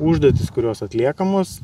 užduotys kurios atliekamos